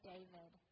David